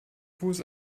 fuß